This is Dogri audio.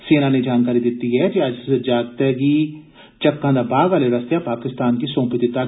सेना नै जानकारी दित्ती ऐ जे अज्ज इस जागतै गी चक्कां दा बाग आले रस्तेया पाकिस्तान गी सौंी दित्ता